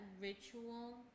ritual